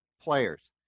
players